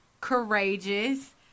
Courageous